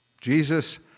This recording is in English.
Jesus